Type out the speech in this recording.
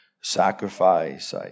Sacrifice